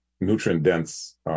nutrient-dense